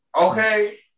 okay